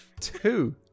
two